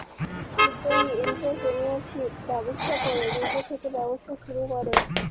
উদ্যোগী এন্ট্ররপ্রেনিউরশিপ ব্যবস্থা করে নিজে থেকে ব্যবসা শুরু করে